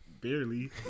Barely